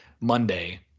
Monday